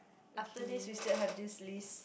after this we still have this list